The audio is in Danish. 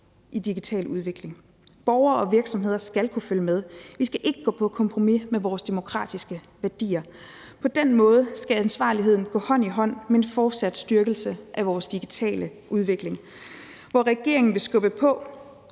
i digital udvikling. Borgere og virksomheder skal kunne følge med; vi skal ikke gå på kompromis med vores demokratiske værdier. På den måde skal ansvarligheden gå hånd i hånd med en fortsat styrkelse af vores digitale udvikling, hvor regeringen vil skubbe på